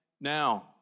now